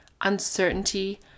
uncertainty